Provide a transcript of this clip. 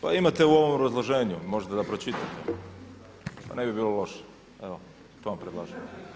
Pa imate u ovom obrazloženju, možda da pročitate, ne bi bilo loše, evo to vam predlažem.